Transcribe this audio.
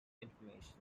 information